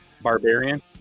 Barbarian